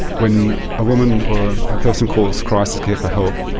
when a woman or a person calls crisis care for help,